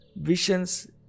visions